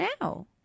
now